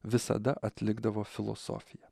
visada atlikdavo filosofija